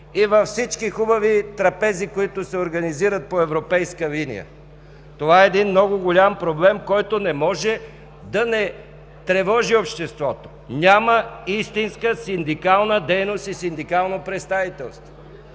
и във всички хубави трапези, които се организират по европейска линия. Това е един много голям проблем, който не може да не тревожи обществото. Няма истинска синдикална дейност и синдикално представителство.